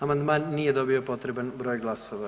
Amandman nije dobio potreban broj glasova.